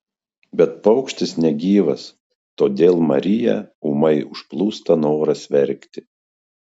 bet paukštis negyvas todėl mariją ūmai užplūsta noras verkti